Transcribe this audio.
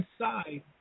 inside